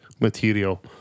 material